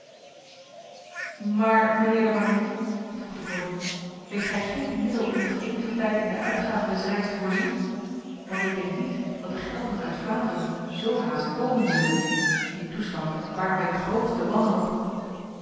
maar mijnheer de marigny vroeg de koning weet gij geen middel om nog enige tijd in de uitgaven des rijks te voorzien want ik denk niet dat de gelden uit vlaanderen zo haast komen zullen die toestand baart mij de grootste wanhoop